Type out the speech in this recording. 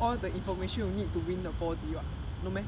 all the information you need to win the four D [what] no meh